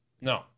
No